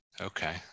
Okay